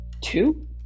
two